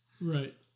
Right